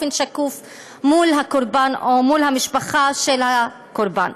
שקוף מול הקורבן או מול המשפחה של הקורבן.